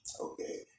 Okay